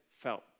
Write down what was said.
felt